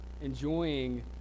enjoying